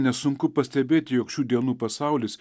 nesunku pastebėti jog šių dienų pasaulis